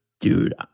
Dude